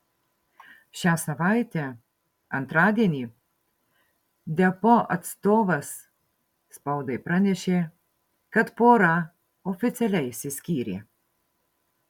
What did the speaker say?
šią savaitę antradienį deppo atstovas spaudai pranešė kad pora oficialiai išsiskyrė